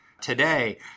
today